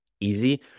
easy